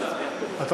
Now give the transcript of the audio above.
דקה מהצד.